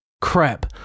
crap